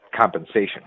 compensation